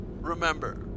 Remember